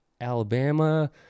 alabama